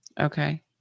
Okay